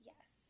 Yes